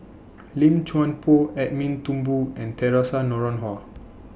Lim Chuan Poh Edwin Thumboo and Theresa Noronha